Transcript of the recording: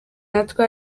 natwe